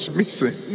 missing